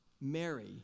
Mary